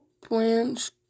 plans